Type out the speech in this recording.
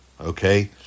Okay